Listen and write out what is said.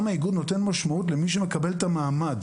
גם האיגוד נותן משמעות למי שמקבל את המעמד